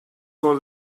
for